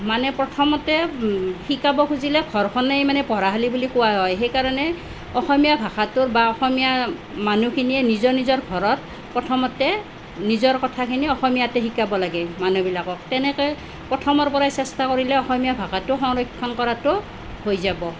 মানে প্ৰথমতে শিকাব খুজিলে ঘৰখনেই মানে পঢ়াশালী বুলি কোৱা হয় সেইকাৰণে অসমীয়া ভাষাটোৰ বা অসমীয়া মানুহখিনিয়ে নিজৰ নিজৰ ঘৰত প্ৰথমতে নিজৰ কথাখিনি অসমীয়াতে শিকাব লাগে মানুহবিলাকক তেনেকৈ প্ৰথমৰ পৰাই চেষ্টা কৰিলে অসমীয়া ভাষাটো সংৰক্ষণ কৰাটো হৈ যাব